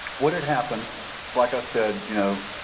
what had happened, it's like i said, you know